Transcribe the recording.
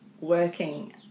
working